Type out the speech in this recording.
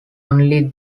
only